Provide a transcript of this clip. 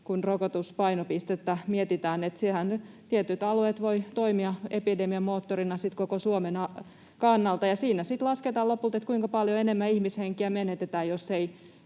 kun rokotuspainopistettä mietitään. Nyt tietyt alueet voivat toimia epidemian moottorina koko Suomen kannalta. Siinä sitten lasketaan lopulta, kuinka paljon enemmän ihmishenkiä menetetään,